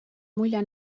mulje